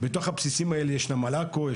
כאשר בתוך הבסיסים האלה יש את נמל עכו,